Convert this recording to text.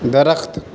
درخت